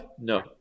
No